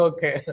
Okay